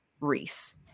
Reese